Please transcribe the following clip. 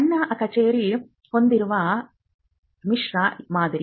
ಸಣ್ಣ ಕಚೇರಿ ಹೊಂದಿರುವ ಮಿಶ್ರ ಮಾದರಿ